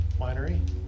winery